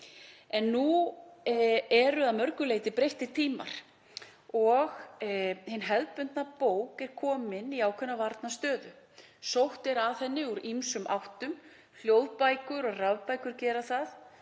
En nú eru að mörgu leyti breyttir tímar og hin hefðbundna bók er komin í ákveðna varnarstöðu. Sótt er að henni úr ýmsum áttum; hljóðbækur og rafbækur gera það,